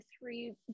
Three